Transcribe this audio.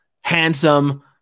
handsome